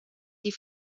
die